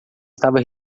estava